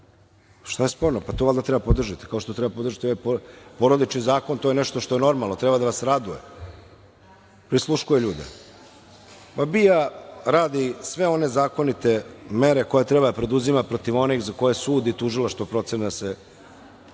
Šta je sporno? Pa, to valjda treba da podržite, kao što treba da podržite porodični zakon, to nešto što je normalno, treba da vas raduje. Prisluškuje ljude? Pa, BIA radi sve one zakonite mere koje treba da preduzima protiv onih za koje sudi tužilaštvo, procene se